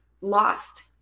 lost